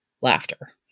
laughter